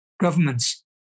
governments